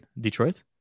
Detroit